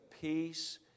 peace